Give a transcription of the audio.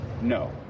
no